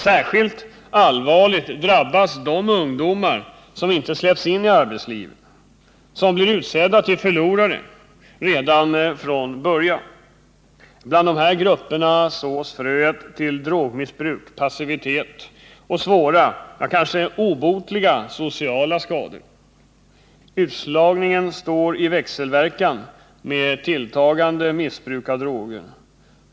Särskilt allvarligt drabbas de ungdomar som inte släpps in i arbetslivet — som blir utsedda till förlorare redan från början. Bland dessa grupper sås fröet till drogmissbruk, passivitet och svåra, kanske obotliga, sociala skador. Utslagningen står i växelverkan med ett tilltagande missbruk av droger.